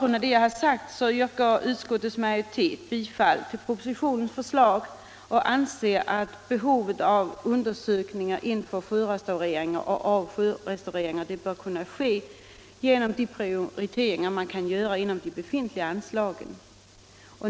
Utskottets majoritet tillstyrker propositionens förslag och anser att behovet av undersökningar om sjörestaureringar bör kunna tillgodoses genom de prioriteringar man kan göra inom de befintliga anslagen.